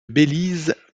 belize